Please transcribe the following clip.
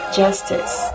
justice